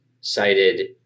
cited